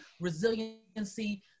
resiliency